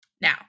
Now